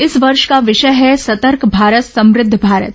इस वर्ष का विषय है सतर्क भारत समुद्ध भारत